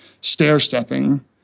stair-stepping